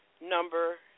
number